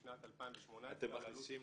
בשנת 2018 --- סליחה.